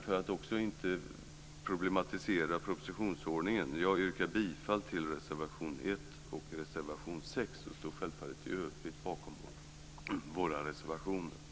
För att inte problematisera propositionsordningen yrkar jag bifall till reservationerna 1 och 6 och står självfallet i övrigt bakom våra reservationer.